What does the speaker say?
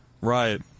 Right